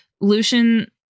Lucian